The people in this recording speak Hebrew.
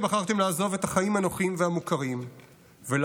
שבחרתם לעזוב את החיים הנוחים והמוכרים ולעבור